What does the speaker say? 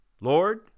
Lord